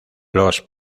los